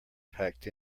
packed